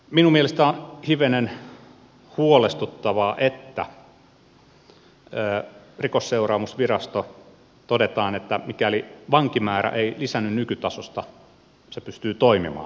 minun mielestäni on hivenen huolestuttavaa että rikosseuraamusvirastosta todetaan että mikäli vankimäärä ei lisäänny nykytasosta se pystyy toimimaan